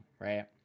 right